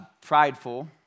prideful